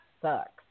sucks